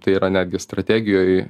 tai yra netgi strategijoj